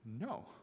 no